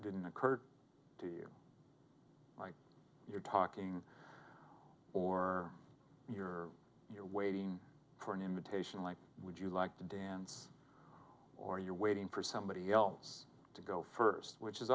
didn't occur to you you're talking or you're waiting for an invitation like would you like to dance or you're waiting for somebody else to go first which is